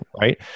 right